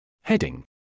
Heading